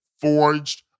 forged